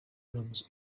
runs